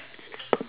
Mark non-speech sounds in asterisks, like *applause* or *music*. *noise*